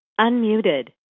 Unmuted